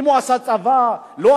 נכון.